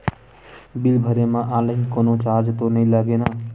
Bill भरे मा online कोनो चार्ज तो नई लागे ना?